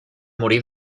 morir